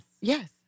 Yes